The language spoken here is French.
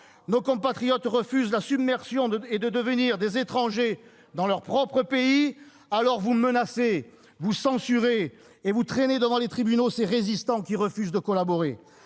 Nos compatriotes refusent la submersion. Ils refusent de devenir des étrangers dans leur propre pays : alors, vous menacez, vous censurez, et vous traînez devant les tribunaux ces résistants qui refusent de collaborer.